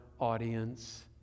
audience